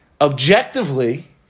objectively